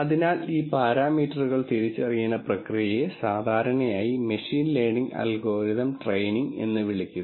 അതിനാൽ ഈ പാരാമീറ്ററുകൾ തിരിച്ചറിയുന്ന പ്രക്രിയയെ സാധാരണയായി മെഷീൻ ലേണിംഗ് അൽഗോരിതം ട്രെയിനിങ് എന്ന് വിളിക്കുന്നു